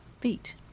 feet